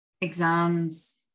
exams